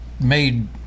made